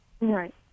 Right